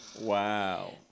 Wow